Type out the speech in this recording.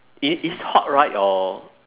it is hot right or